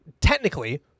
technically